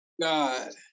God